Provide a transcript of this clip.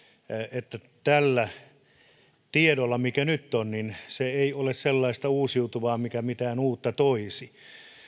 että tällä tiedolla mikä nyt on se ei ole sellaista uusiutuvaa mikä mitään uutta toisi